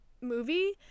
movie